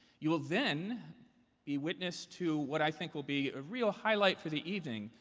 you will then be witness to what i think will be a real highlight for the evening,